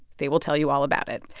they will tell you all about it.